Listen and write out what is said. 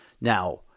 Now